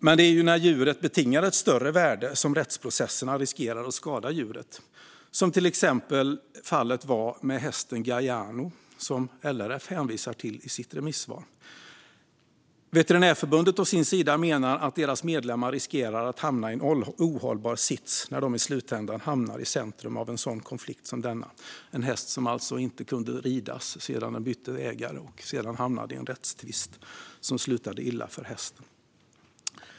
Men det är när djuret betingar ett större värde som rättsprocesserna riskerar att skada djuret, som till exempel fallet var med hästen Galliano som LRF hänvisar till i sitt remissvar. Veterinärförbundet å sin sida menar att deras medlemmar riskerar att hamna i en ohållbar sits när de i slutändan hamnar i centrum av en sådan konflikt, alltså en häst som inte kunde ridas efter att den bytt ägare och sedan hamnade i en rättstvist som slutade illa för hästen.